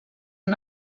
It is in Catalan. una